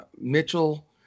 Mitchell